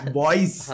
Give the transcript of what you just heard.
boys